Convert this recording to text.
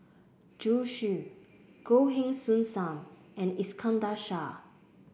Zhu Xu Goh Heng Soon Sam and Iskandar Shah